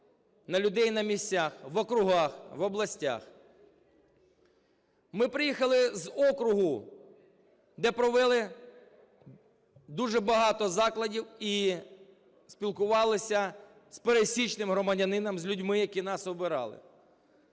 на людей на місцях, в округах, в областях. Ми приїхали з округу, де провели дуже багато закладів і спілкувалися з пересічним громадянином, з людьми, які нас обирали.